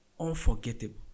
unforgettable